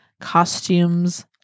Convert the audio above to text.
costumes